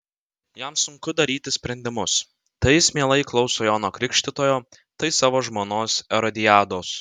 jam sunku daryti sprendimus tai jis mielai klauso jono krikštytojo tai savo žmonos erodiados